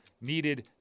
needed